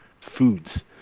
foods